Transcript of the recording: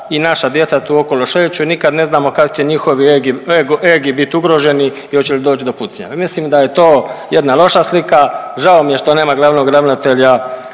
i naša djeca tu okolo šeću i nikad ne znam kad će njihovi egi, ego, egi bit ugroženi i oće li doć do pucnjave. Mislim da je to jedna loša slika, žao mi je što nema glavnog ravnatelja